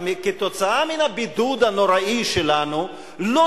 אבל שכתוצאה מהבידוד הנוראי שלנו לא